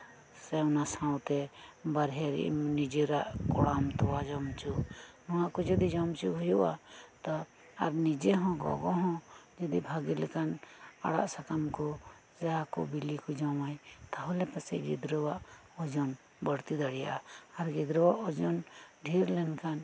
ᱥᱮ ᱚᱱᱟ ᱥᱟᱶᱛᱮ ᱵᱟᱨᱦᱮ ᱨᱮ ᱱᱤᱡᱮᱨᱟᱜ ᱠᱚᱲᱟᱢ ᱛᱚᱣᱟ ᱡᱚᱢ ᱚᱪᱳ ᱱᱚᱣᱟ ᱠᱚ ᱡᱩᱫᱤ ᱡᱚᱢ ᱮᱪᱳ ᱦᱩᱭᱩᱜᱼᱟ ᱛᱚ ᱱᱤᱡᱮ ᱦᱚᱸ ᱵᱷᱟᱞᱤ ᱞᱮᱠᱟ ᱟᱲᱟᱜ ᱥᱟᱠᱟᱢ ᱠᱚ ᱛᱚᱣᱟ ᱠᱚ ᱵᱤᱞᱤ ᱠᱚᱭ ᱡᱚᱢᱟ ᱛᱟᱞᱦᱮ ᱠᱷᱟᱱ ᱜᱤᱫᱽᱨᱟᱹᱣᱟᱜ ᱚᱡᱳᱱ ᱵᱟᱲᱛᱤ ᱫᱟᱲᱮᱭᱟᱜᱼᱟ ᱟᱨ ᱡᱩᱫᱤ ᱜᱤᱫᱽᱨᱟᱹᱣᱟᱜ ᱚᱡᱳᱱ ᱰᱷᱮᱨ ᱞᱮᱱᱠᱷᱟᱱ